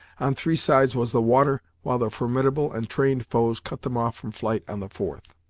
on three sides was the water, while their formidable and trained foes cut them off from flight on the fourth.